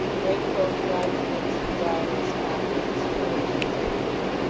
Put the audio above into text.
greatcoats, riding-whips, bridles, top-boots, spurs, and such gear,